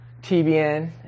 TBN